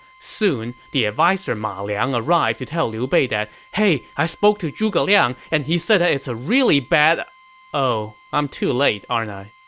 soon, the adviser ma liang arrived to tell liu bei that hey i spoke to zhuge liang and he said it's a really bad, ah oh i'm too late aren't i?